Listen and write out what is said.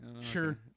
Sure